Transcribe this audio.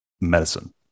medicine